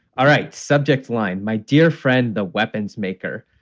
all right. subject line. my dear friend, the weapons maker,